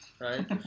Right